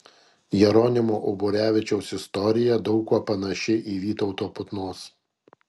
jeronimo uborevičiaus istorija daug kuo panaši į vytauto putnos